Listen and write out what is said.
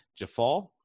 Jafal